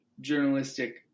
journalistic